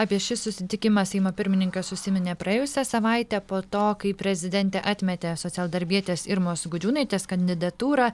apie šį susitikimą seimo pirmininkas užsiminė praėjusią savaitę po to kai prezidentė atmetė socialdarbietės irmos gudžiūnaitės kandidatūrą